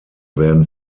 werden